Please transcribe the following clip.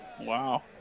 Wow